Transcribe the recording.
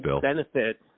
benefit